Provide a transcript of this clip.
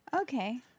Okay